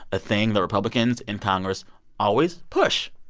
a thing the republicans in congress always push.